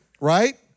right